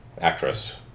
actress